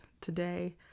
today